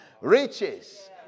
riches